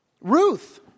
Ruth